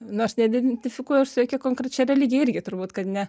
nors neidentifikuoju aš su jokia konkrečia religija irgi turbūt kad ne